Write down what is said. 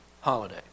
holiday